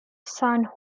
san